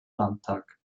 landtag